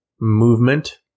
movement